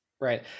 right